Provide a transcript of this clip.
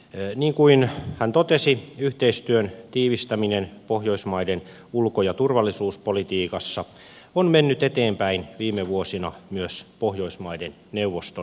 niin kuin hän totesi yhteistyön tiivistäminen pohjoismaiden ulko ja turvallisuuspolitiikassa on mennyt eteenpäin viime vuosina myös pohjoismaiden neuvoston tasolla